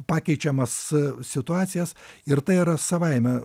pakeičiamas situacijas ir tai yra savaime